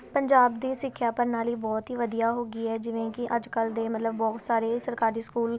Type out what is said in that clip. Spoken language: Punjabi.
ਪੰਜਾਬ ਦੀ ਸਿੱਖਿਆ ਪ੍ਰਣਾਲੀ ਬਹੁਤ ਹੀ ਵਧੀਆ ਹੋ ਗਈ ਹੈ ਜਿਵੇਂ ਕਿ ਅੱਜ ਕੱਲ੍ਹ ਦੇ ਮਤਲਬ ਬਹੁਤ ਸਾਰੇ ਸਰਕਾਰੀ ਸਕੂਲ